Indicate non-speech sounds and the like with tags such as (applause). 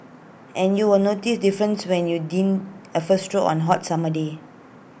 and you will notice difference when you dine (unintelligible) on hot summer day